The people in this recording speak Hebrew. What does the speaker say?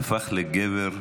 הפך לגבר,